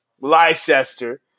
Leicester